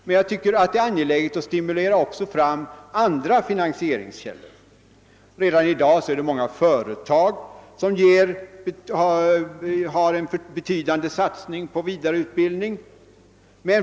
Men jag tycker att det är angeläget att också stimulera fram andra finansieringskällor. Redan i dag är det många företag som gör en betydande satsning på vidareutbildning.